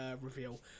reveal